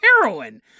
heroin